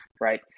right